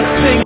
sing